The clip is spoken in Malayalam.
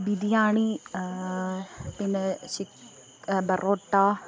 ബിരിയാണി പിന്നേ ചി ബെറോട്ടാ